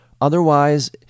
Otherwise